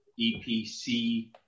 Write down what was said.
EPC